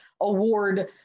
award